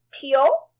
peel